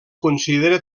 considera